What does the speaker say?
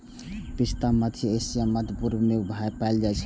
पिस्ता मध्य एशिया आ मध्य पूर्व मे पाएल जाइ छै